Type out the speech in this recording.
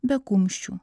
be kumščių